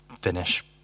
finish